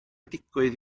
digwydd